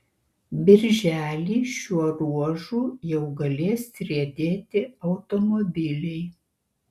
birželį šiuo ruožu jau galės riedėti automobiliai